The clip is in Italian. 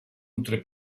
nutre